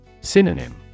Synonym